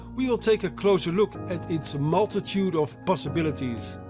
we will take a closer look at its multitude of possibilities.